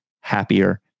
happier